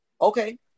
okay